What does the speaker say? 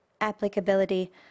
applicability